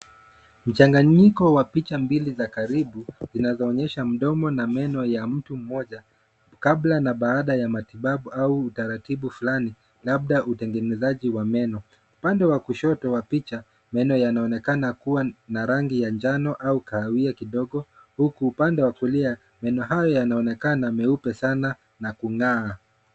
Mchanganyiko wa picha mbili za karibu zinazoonyesha mdomo na meno ya mtu mmoja, kabla na baada ya matibabu au utaratibu fulani labda utengenezaji wa meno. Upande wa kushoto wa picha meno yanaonekana kuwa na rangi ya njano au kahawia kidogo, huku upande wa kulia meno hayo yanaonekana meupe sana na kung'aa.